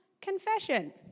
confession